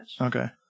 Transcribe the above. Okay